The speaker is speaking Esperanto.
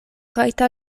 rajta